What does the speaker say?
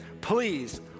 please